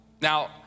Now